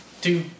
two